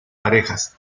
parejas